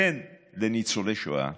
בן לניצולי שואה,